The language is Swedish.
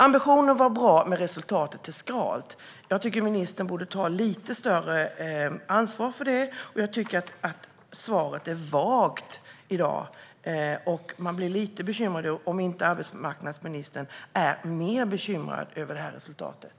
Ambitionen var bra, men resultatet är skralt. Jag tycker att ministern borde ta lite större ansvar för det, och jag tycker att svaret är vagt. Man blir lite bekymrad om inte arbetsmarknadsministern är mer bekymrad över det här resultatet.